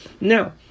Now